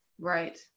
Right